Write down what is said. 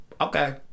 Okay